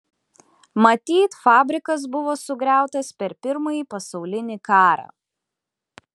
matyt fabrikas buvo sugriautas per pirmąjį pasaulinį karą